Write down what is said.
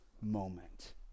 moment